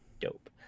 dope